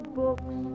books